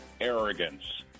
arrogance